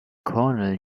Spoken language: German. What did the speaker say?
cornell